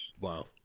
Wow